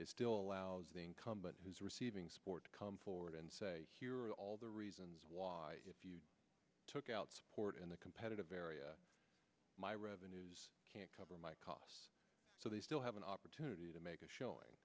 it still allows the incumbent who's receiving support to come forward and say here all the reasons why if you took out support in the competitive area my revenues can't cover my costs so they still have an opportunity to make a showing